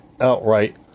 outright